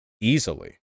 easily